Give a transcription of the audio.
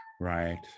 right